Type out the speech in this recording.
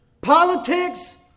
Politics